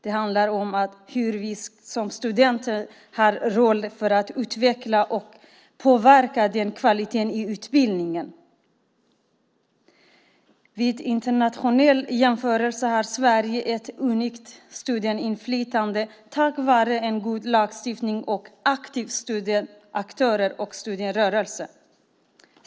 Det handlar om hur vi ska se på studenternas roll för att utveckla och påverka kvaliteten i utbildningen. Vid en internationell jämförelse har Sverige ett unikt studentinflytande tack vare en god lagstiftning, aktiva studentaktörer och en aktiv studentrörelse.